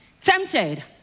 tempted